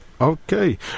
Okay